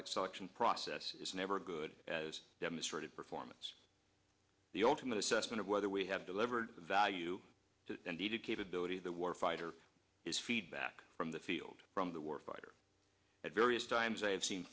like selection process is never good as demonstrated performance the ultimate assessment of whether we have delivered value to the needed capability the warfighter is feedback from the field from the war fighter at various times i have seen